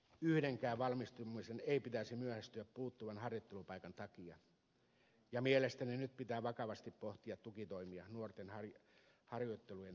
yhdenkään valmistumisen ei pitäisi myöhästyä puuttuvan harjoittelupaikan takia ja mielestäni nyt pitää vakavasti pohtia tukitoimia nuorten harjoittelujen turvaamiseksi